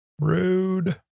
rude